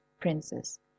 princess